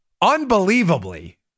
unbelievably